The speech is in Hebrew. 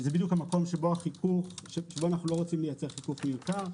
זה המקום שבו אנו לא רוצים לייצר חיכוך מיותר.